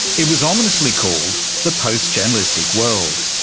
it was ominously called the post journalistic world.